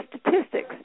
statistics